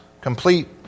complete